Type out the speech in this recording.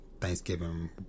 Thanksgiving